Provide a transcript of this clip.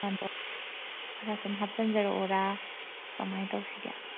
ꯑꯗꯣ ꯈꯔ ꯁꯨꯝ ꯍꯥꯞꯆꯤꯟꯖꯔꯛꯑꯣꯔꯥ ꯀꯃꯥꯏꯅ ꯇꯧꯁꯤꯒꯦ